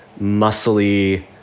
muscly